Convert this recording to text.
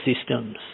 systems